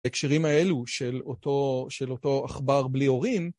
ההקשרים האלו של אותו עכבר בלי הורים